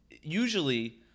usually